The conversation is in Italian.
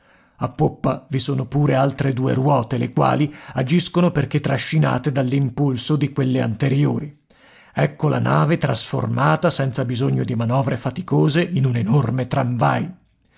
a poppa vi sono pure altre due ruote le quali agiscono perché trascinate dall'impulso di quelle anteriori ecco la nave trasformata senza bisogno di manovre faticose in un enorme tramvai